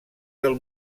del